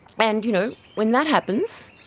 and you know when that happens,